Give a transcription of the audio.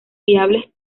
fiables